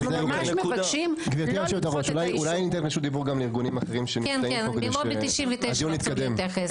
אנחנו מבקשים ממש לא לדחות את האישור.